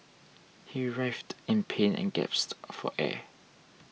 he writhed in pain and gasped for air